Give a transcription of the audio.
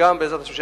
בעזרת השם,